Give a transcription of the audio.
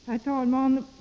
Herr talman!